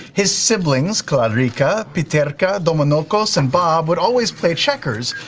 his siblings claudrica, piterca, dominocos, and bob would always play checkers,